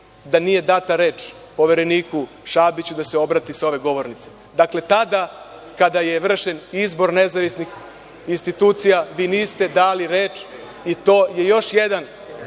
da nije data reč povereniku Šabiću da se obrati sa ove govornice. Dakle, tada kada je vršen izbor nezavisnih institucija vi niste dali reč i to je još jedna